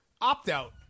opt-out